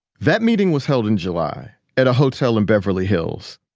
that meeting was held in july at a hotel in beverly hills.